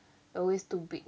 always too big